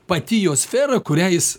pati jo sfera kuriai jis